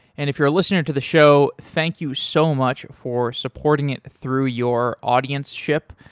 and if you're listening to the show, thank you so much for supporting it through your audienceship.